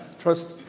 Trust